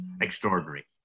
extraordinary